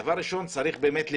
זה צריך להיות במקביל.